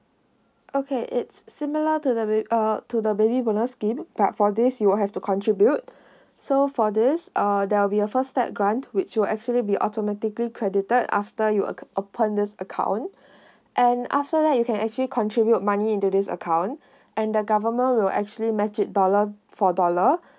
okay it's similar to the ba~ uh to the baby bonus scheme but for this you will have to contribute so for this err there will be a first step grant which will actually be automatically credited after you ac~ open this account and after that you can actually contribute money into this account and the government will actually match it dollar for dollar